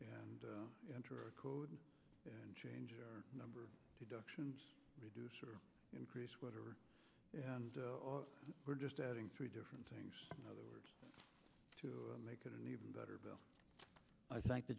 and enter code and change your number deductions reduce or increase whatever and we're just adding three different things in other words to make it an even better bill i thank the